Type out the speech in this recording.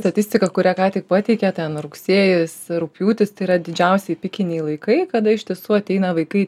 statistiką kurią ką tik pateikė ten rugsėjis rugpjūtis tai yra didžiausiai pikiniai laikai kada iš tiesų ateina vaikai